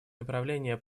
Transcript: направления